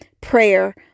prayer